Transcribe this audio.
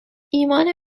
ایمان